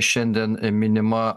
šiandien minima